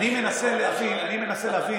אני שואל אותך, הפרקטיקה, אני מנסה להבין.